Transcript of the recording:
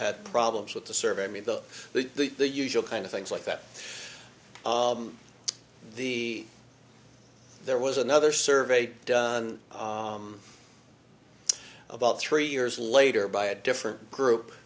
had problems with the survey i mean the the the usual kind of things like that the there was another survey done about three years later by a different group